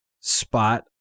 spot